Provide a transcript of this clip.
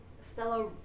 Stella